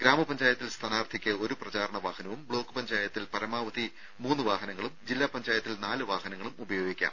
ഗ്രാമപഞ്ചായത്തിൽ സ്ഥാനാർത്ഥിക്ക് ഒരു പ്രചാരണ വാഹനവും ബ്ലോക്ക് പഞ്ചായത്തിൽ പരമാവധി മൂന്ന് വാഹനങ്ങളും ജില്ലാ പഞ്ചായത്തിൽ നാല് വാഹനങ്ങളും ഉപയോഗിക്കാം